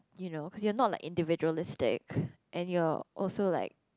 you know you're not like individualistic and you're also like